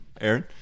Aaron